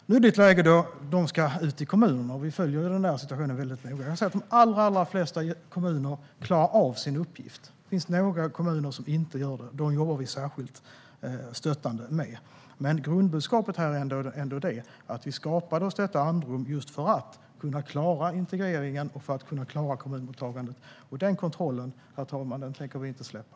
Nu är det ett läge då de ska ut i kommuner. Vi följer situationen väldigt noga. De allra flesta kommuner klarar av sin uppgift. Det finns några kommuner som inte gör det. Dem jobbar vi särskilt stöttande med. Men grundbudskapet är att vi skapade oss detta andrum just för att kunna klara integreringen och kommunmottagandet. Den kontrollen, herr talman, tänker vi inte släppa.